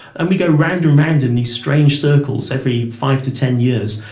and we go round and round in these strange circles every five to ten years.